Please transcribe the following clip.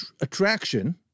attraction